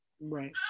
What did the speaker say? Right